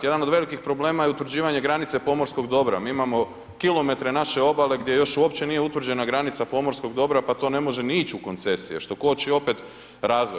Jedan od velikih problema je utvrđivanje granice pomorskog dobra, mi imamo kilometre naše obale gdje još uopće nije utvrđena granica pomorskog dobra, pa to ne može ni ić u koncesije što koči opet razvoj.